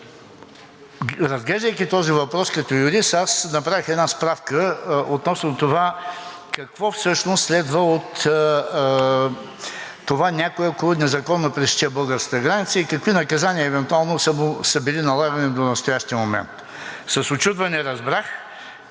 Разглеждайки този въпрос като юрист, аз си направих една справка относно това какво следва, ако някой незаконно пресече българската граница и какви наказания евентуално са му били налагани до настоящия момент. С учудване разбрах,